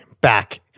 back